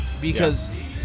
because-